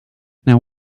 now